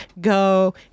go